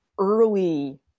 early –